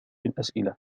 الأسئلة